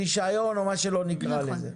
רישיון או מה שלא נקרא לזה.